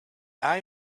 eye